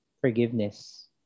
Forgiveness